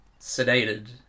sedated